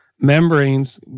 membranes